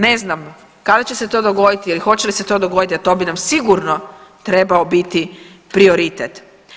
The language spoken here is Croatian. Ne znam kada će se to dogoditi i hoće li se to dogoditi, a to bi nam sigurno trebao biti prioritet.